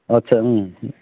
आदसा ओं